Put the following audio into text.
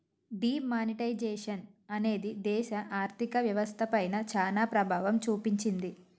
D monetisation అనేది దేశ ఆర్ధిక వ్యవస్థ పైన చానా ప్రభావం చూపించింది